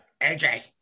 aj